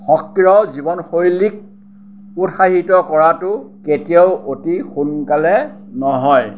সক্ৰিয় জীৱনশৈলীক উৎসাহিত কৰাটো কেতিয়াও অতি সোনকালে নহয়